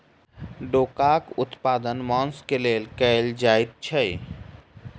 डोकाक उत्पादन मौंस क लेल कयल जाइत छै